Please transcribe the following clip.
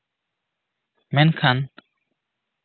ᱢᱮᱱᱠᱷᱟᱱ